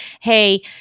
hey